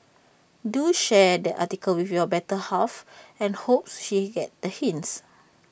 do share the article with your better half and hopes she get the hints